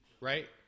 right